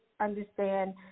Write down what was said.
understand